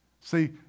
See